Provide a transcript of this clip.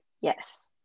Yes